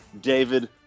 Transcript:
David